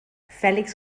fèlix